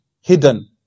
hidden